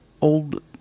old